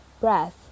breath